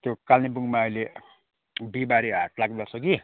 त्यो कालिम्पोङमा अहिले बिहिबारे हाट लाग्दोरहेछ कि